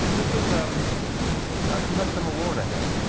this was um you had some award i think?